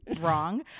wrong